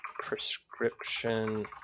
prescription